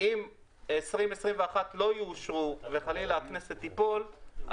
אם 2021 לא יאושרו וחלילה הכנסת תיפול,